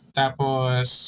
tapos